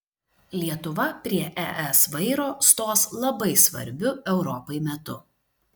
lietuva prie es vairo stos labai svarbiu europai metu